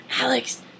Alex